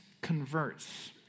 converts